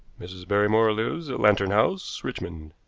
mrs. barrymore lives at lantern house, richmond.